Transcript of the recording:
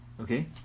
okay